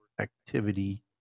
Activity